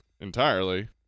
entirely